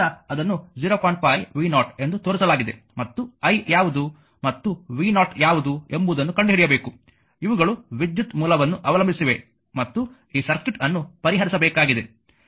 5v0 ಎಂದು ತೋರಿಸಲಾಗಿದೆ ಮತ್ತು i ಯಾವುದು ಮತ್ತು v0 ಯಾವುದು ಎಂಬುದನ್ನು ಕಂಡುಹಿಡಿಯಬೇಕು ಇವುಗಳು ವಿದ್ಯುತ್ ಮೂಲವನ್ನು ಅವಲಂಬಿಸಿವೆ ಮತ್ತು ಈ ಸರ್ಕ್ಯೂಟ್ ಅನ್ನು ಪರಿಹರಿಸಬೇಕಾಗಿದೆ